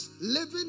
living